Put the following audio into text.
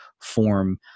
form